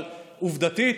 אבל עובדתית,